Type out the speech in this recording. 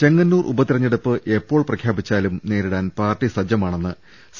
ചെങ്ങന്നൂർ ഉപതിരഞ്ഞെടുപ്പ് എപ്പോൾ പ്രഖ്യാപിച്ചാലും നേരിടാൻ പാർട്ടി സജ്ജമാണെന്ന് സി